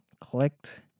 clicked